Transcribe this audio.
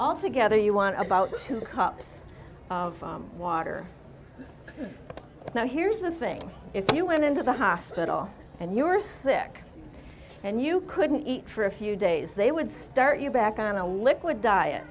altogether you want about two cups of water now here's the thing if you went into the hospital and you were sick and you couldn't eat for a few days they would start you back on a liquid diet